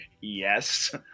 Yes